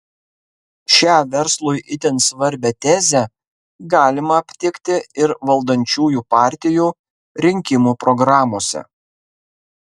šią verslui itin svarbią tezę galima aptikti ir valdančiųjų partijų rinkimų programose